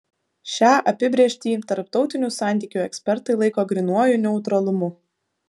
šią apibrėžtį tarptautinių santykių ekspertai laiko grynuoju neutralumu